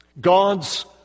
God's